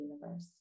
universe